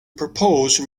propose